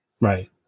Right